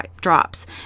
drops